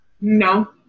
No